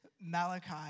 Malachi